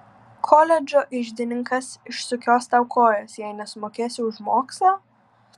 koledžo iždininkas išsukios tau kojas jei nesumokėsi už mokslą